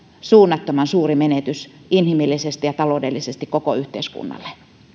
suunnattoman suuri menetys inhimillisesti ja taloudellisesti koko yhteiskunnalle